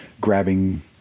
grabbing